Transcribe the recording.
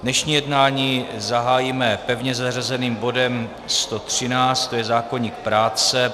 Dnešní jednání zahájíme pevně zařazeným bodem 113, to je zákoník práce.